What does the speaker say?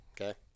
Okay